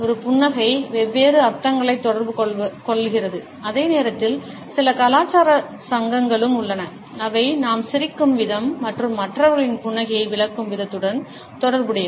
ஒரு புன்னகை வெவ்வேறு அர்த்தங்களைத் தொடர்புகொள்கிறது அதே நேரத்தில் சில கலாச்சார சங்கங்களும் உள்ளன அவை நாம் சிரிக்கும் விதம் மற்றும் மற்றவர்களின் புன்னகையை விளக்கும் விதத்துடன் தொடர்புடையவை